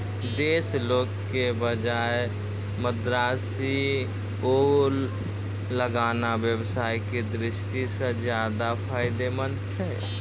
देशी ओल के बजाय मद्रासी ओल लगाना व्यवसाय के दृष्टि सॅ ज्चादा फायदेमंद छै